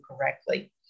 correctly